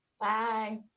Bye